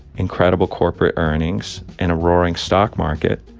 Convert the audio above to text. incredible corporate earnings and a roaring stock market,